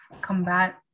combat